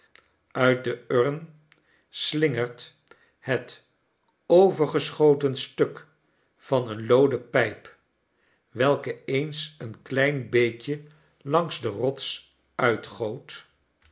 uit de urn slingert het overgeschoten stuk van een looden pijp welke eens een klein beekje langs de rots